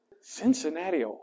Cincinnati